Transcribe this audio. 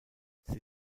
sie